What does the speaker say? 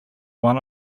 one